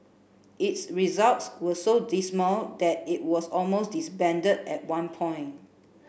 its results were so dismal that it was almost disbanded at one point